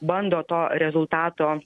bando to rezultato